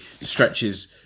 stretches